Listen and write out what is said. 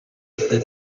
that